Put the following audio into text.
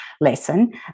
lesson